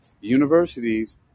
universities